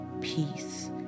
peace